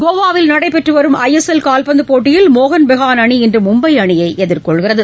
கோவாவில் நடைபெற்று வரும் ஐ எஸ் எல் கால்பந்து போட்டியில் மோகன் பெகான் அணி இன்று மும்பை அணியை எதிர்கொள்கிறது